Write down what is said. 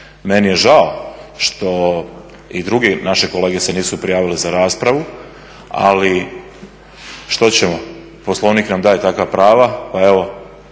Meni je žao što i drugi naši kolege se nisu prijavili za raspravu ali što ćemo, Poslovnik nam daje takva prava. Pa evo